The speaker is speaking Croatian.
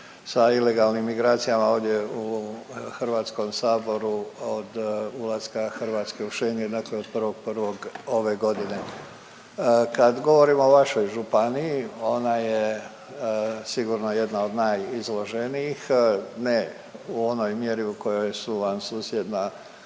sa ilegalnim migracijama ovdje u HS-u od ulaska Hrvatske u Schengen dakle od 1.1. ove godine. Kad govorimo o vašoj županiji ona je sigurno jedna od najizloženijih, ne u onoj mjeri u kojoj su vam susjedna